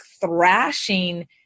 thrashing